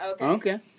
okay